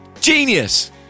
Genius